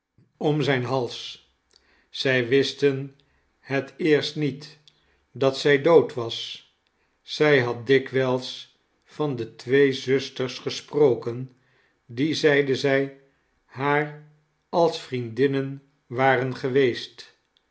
om zijn hals zij wisten het eerst niet dat zij dood was zij had dikwijls van de twee zusters gesproken die zeide zij haar als vriendinnen waren geweest